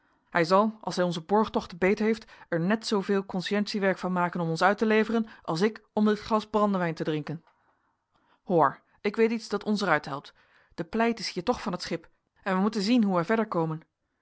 hij zal als hij onze borgtochten beetheeft er net zooveel consciëntiewerk van maken om ons uit te leveren als ik om dit glas brandewijn te drinken hoor ik weet iets dat ons er uit helpt de pleit is hier toch van het schip en wij moeten zien hoe wij verder komen